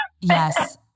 yes